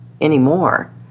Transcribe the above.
anymore